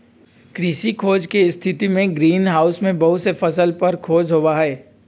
कृषि खोज के स्थितिमें ग्रीन हाउस में बहुत से फसल पर खोज होबा हई